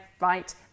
right